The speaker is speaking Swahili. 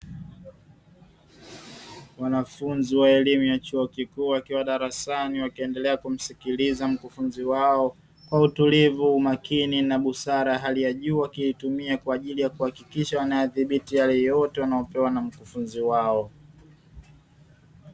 Wanafunzi wa elimu ya chuo kikuu wakiwa darasani wakiendelea kumsikiliza mkufunzi wao kwa utulivu, umakini na busara hali ya jua wakihakikisha wanaitumia kwa ajili ya kudhibiti yale yote wanayopewa na mkufunzi wao.